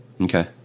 Okay